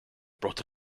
brought